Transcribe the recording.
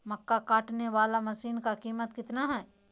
मक्का कटने बाला मसीन का कीमत कितना है?